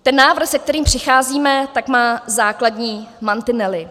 Ten návrh, se kterým přicházíme, má základní mantinely.